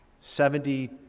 Seventy